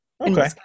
Okay